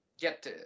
Get